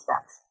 steps